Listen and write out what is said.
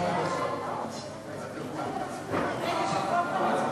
ההצעה להעביר